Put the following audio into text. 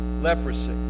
Leprosy